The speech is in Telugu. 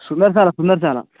సుందర్శాల సుందర్శాల